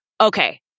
okay